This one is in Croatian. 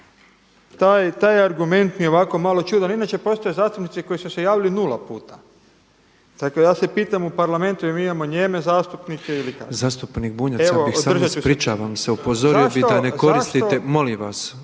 taj argument mi je ovako malo čudan, inače postoje zastupnici koji su se javili nula puta. Tako da ja se pitam u Parlamentu da li mi imamo nijeme zastupnike ili kako? …/Upadica predsjednik: Zastupniče Bunjac ja bih samo, ispričavam se, upozorio bih da ne koristite …/… Evo,